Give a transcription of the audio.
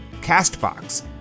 Castbox